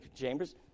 chambers